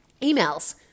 Emails